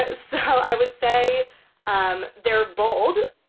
ah so i would say um they're bold